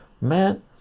man